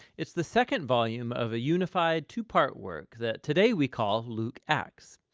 it's the second volume of a unified two-part work that today we call luke' acts.